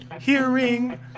hearing